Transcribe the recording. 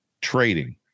trading